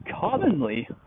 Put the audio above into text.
commonly